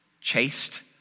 chased